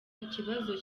ikibazo